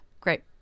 great